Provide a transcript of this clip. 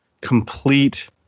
complete